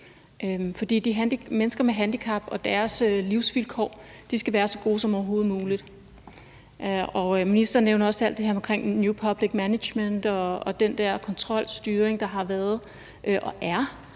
for mennesker med handicap skal have så gode livsvilkår som overhovedet muligt. Ministeren nævner også alt det her omkring new public management og den der kontrolstyring, der har været og